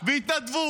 הקואליציה,